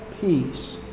peace